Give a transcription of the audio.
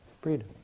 Freedom